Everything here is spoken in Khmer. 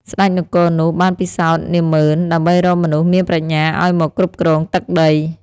ស្ដេចនគរនោះបានពិសោធនាហ្មឺន ដើម្បីរកមនុស្សមានប្រាជ្ញាឱ្យមកគ្រប់គ្រងទឹកដី។